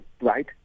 Right